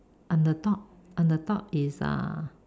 on the top on the top is uh